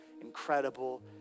incredible